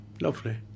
Lovely